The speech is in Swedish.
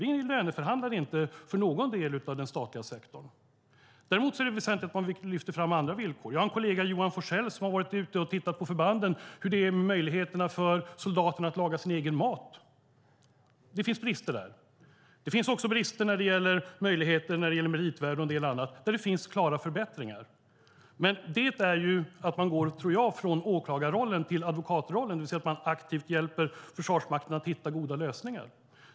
Vi löneförhandlar inte för någon del av den statliga sektorn. Däremot är det väsentligt att man lyfter fram andra villkor. Jag har en kollega, Johan Forssell, som har varit ute och tittat på förbanden och hur möjligheterna för soldaterna att laga sin egen mat ser ut. Det finns brister där. Det finns också brister när det gäller meritvärde och en del annat där det finns möjligheter till klara förbättringar. Men det är, tror jag, att man går från åklagarrollen till advokatrollen, det vill säga att man aktivt hjälper Försvarsmakten att hitta goda lösningar.